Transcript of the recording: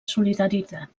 solidaritat